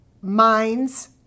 minds